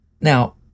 Now